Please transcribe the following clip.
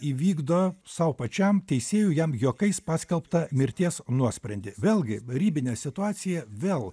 įvykdo sau pačiam teisėjų jam juokais paskelbtą mirties nuosprendį vėlgi ribinė situacija vėl